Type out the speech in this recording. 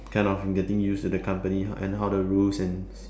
kind of getting used to the company and how the rules and